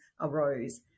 arose